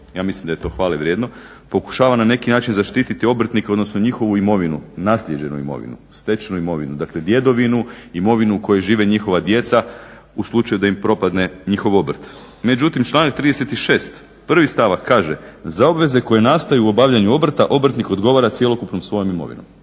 ja mislim da je to hvale vrijedno pokušava na neki način zaštititi obrtnike, odnosno njihovu imovinu, naslijeđenu imovinu, stečenu imovinu, dakle djedovinu, imovinu u kojoj žive njihova djeca u slučaju da im propadne njihov obrt. Međutim, članak 36. prvi stavak kaže: "Za obveze koje nastaju u obavljanju obrta obrtnik odgovara cjelokupnom svojom imovinom."